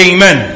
Amen